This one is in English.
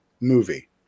movie